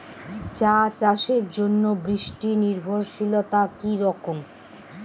চা চাষের জন্য বৃষ্টি নির্ভরশীলতা কী রকম?